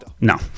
No